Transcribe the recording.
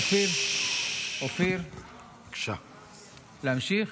אופיר, להמשיך?